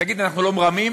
תגיד, אנחנו לא מרמים?